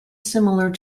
similar